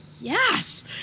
yes